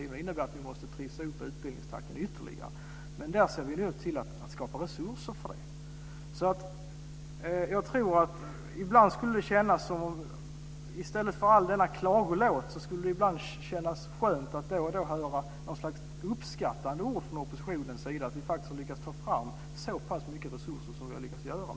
Det innebär att vi måste trissa upp utbildningstakten ytterligare. Vi ser nu till att skapa resurser för det. I stället för all denna klagolåt skulle det kännas skönt att då och då höra något slags uppskattande ord från oppositionen över att vi faktiskt har lyckats ta fram så pass mycket resurser som vi har gjort.